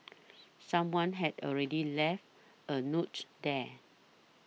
someone had already left a note there